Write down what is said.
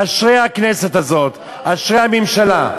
אשרי הכנסת הזאת, אשרי הממשלה.